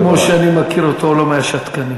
כמו שאני מכיר אותו, הוא לא מהשתקנים.